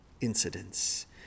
incidents